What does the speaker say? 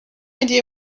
idea